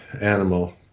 Animal